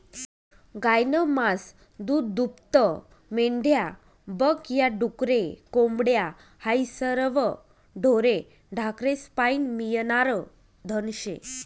गायनं मास, दूधदूभतं, मेंढ्या बक या, डुकरे, कोंबड्या हायी सरवं ढोरे ढाकरेस्पाईन मियनारं धन शे